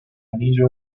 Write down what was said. anillo